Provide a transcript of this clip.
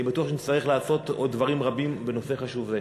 בטוח שנצטרך לעשות עוד דברים רבים בנושא חשוב זה.